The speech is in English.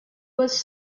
was